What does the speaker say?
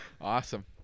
Awesome